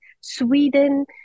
Sweden